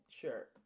sure